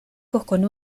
con